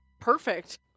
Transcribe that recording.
Perfect